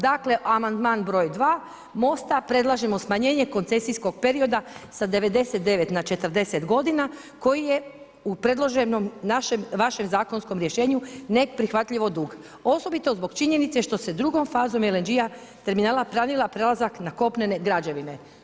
Dakle amandman broj 2 MOST-a, predlažemo smanjenje koncesijskog perioda sa 99 na 40 godina koji je u predloženom vašem zakonskom rješenju neprihvatljivo dug, osobito zbog činjenice što se drugom fazom LNG-a terminala planira prelazak na kopnene građevine.